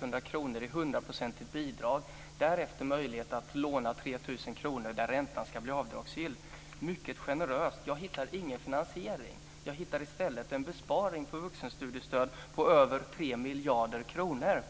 100 kr i hundraprocentigt bidrag. Därefter ska finnas möjligheten att låna 3 000 kr där räntan ska bli avdragsgill. Det är mycket generöst. Jag hittar ingen finansiering! Jag hittar i stället en besparing på vuxenstudiestöd på över 3 miljarder kronor.